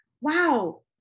wow